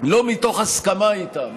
לא מתוך הסכמה איתם,